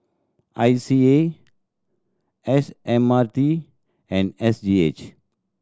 I C A S M R T and S G H